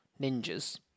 ninjas